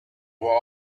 were